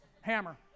hammer